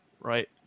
right